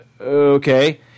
Okay